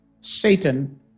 Satan